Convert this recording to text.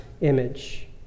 image